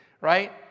right